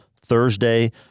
Thursday